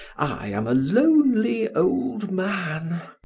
i am a lonely, old man.